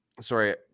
sorry